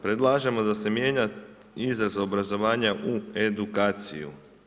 Predlažemo da se mijenja izraz obrazovanja u edukaciju.